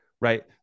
Right